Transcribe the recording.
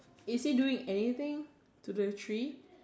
is he doing anything to the tree